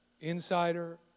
insider